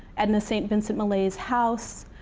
edna st. vincent millay's house.